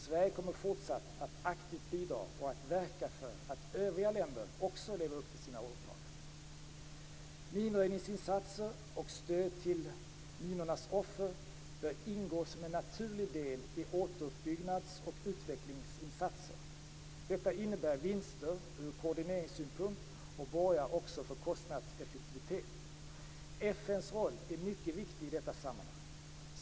Sverige kommer fortsatt att aktivt bidra och att verka för att övriga länder också lever upp till sina åtaganden. Minröjningsinsatser och stöd till minornas offer bör ingå som en naturlig del i återuppbyggnads och utvecklingsinsatser. Detta innebär vinster ur koordineringssynpunkt och borgar för kostnadseffektivitet. FN:s roll är mycket viktig i detta sammanhang.